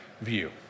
view